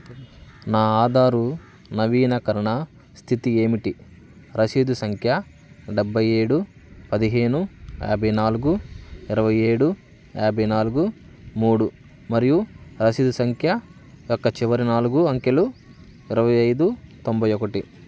నా ఆధారు నవీకరణ స్థితి ఏమిటి రసీదు సంఖ్య డెబ్బై ఏడు పదిహేను యాభై నాలుగు ఇరవై ఏడు యాభై నాలుగు మూడు మరియు రసీదు సంఖ్య యొక్క చివరి నాలుగు అంకెలు ఇరవై ఐదు తొంభై ఒకటి